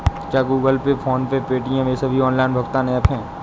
क्या Google Pay PhonePe Paytm ये सभी ऑनलाइन भुगतान ऐप हैं?